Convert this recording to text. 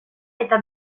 eta